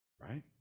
Right